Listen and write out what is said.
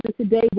today